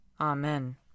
Amen